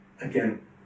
Again